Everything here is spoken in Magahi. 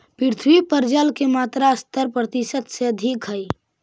पृथ्वी पर जल के मात्रा सत्तर प्रतिशत से अधिक हई